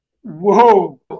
whoa